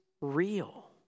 real